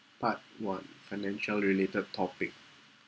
part one financial related topic